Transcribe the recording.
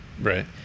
Right